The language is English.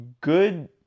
good